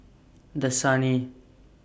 Dasani